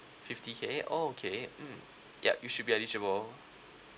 fifty K oh okay mm yup you should be eligible